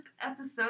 episode